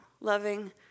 loving